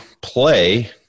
play